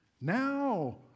Now